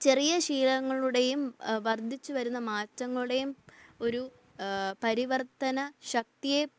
ചെറിയ ശീലങ്ങളുടെയും വർദ്ധിച്ചുവരുന്ന മാറ്റങ്ങളുടെയും ഒരു പരിവർത്തന ശക്തിയെ